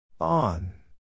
on